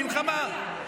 מלחמה.